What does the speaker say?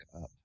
up